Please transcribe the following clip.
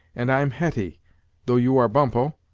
and i'm hetty though you are bumppo,